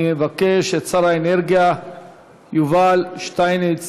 אני מבקש משר האנרגיה יובל שטייניץ